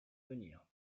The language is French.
venir